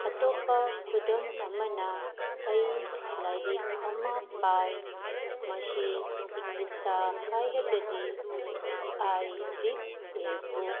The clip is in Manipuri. ꯑꯇꯣꯞꯄ ꯈꯨꯗꯝ ꯑꯃꯅ ꯑꯩ ꯂꯥꯏꯔꯤꯛ ꯑꯃ ꯄꯥꯏ ꯃꯁꯤ ꯏꯪꯂꯤꯁꯇ ꯍꯥꯏꯔꯒꯗꯤ ꯑꯥꯏ ꯔꯤꯗ ꯑꯦ ꯕꯨꯛ